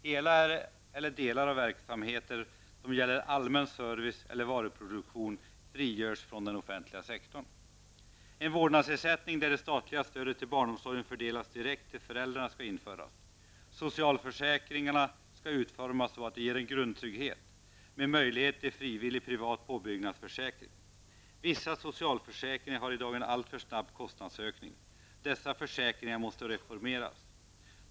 Hela eller delar av verksamheter som gäller allmän service eller varuproduktion skall frigöras från den offentliga sektorn. En vårdnadsersättning där det statliga stödet till barnomsorgen fördelas direkt till föräldrarna skall införas. Socialförsäkringarna skall utformas så att de ger grundtrygghet, med möjlighet till frivillig privat påbyggnadsförsäkring. Vissa socialförsäkringar har i dag en alltför snabb kostnadsökning. Dessa försäkringar måste reformeras.